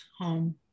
home